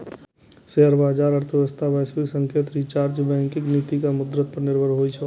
share बाजार अर्थव्यवस्था, वैश्विक संकेत, रिजर्व बैंकक नीति आ मुद्रा पर निर्भर होइ छै